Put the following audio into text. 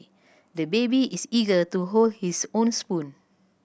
the baby is eager to hold his own spoon